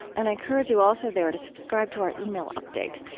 and i encourage you also there to subscribe to our email update.